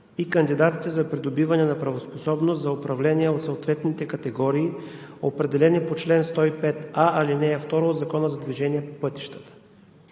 и кандидатите за придобиване на правоспособност за управление от съответните категории, определени по чл. 105а, ал. 2 от Закона за движение по пътищата.